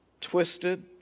twisted